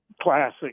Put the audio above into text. classic